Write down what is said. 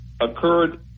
occurred